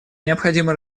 необходимо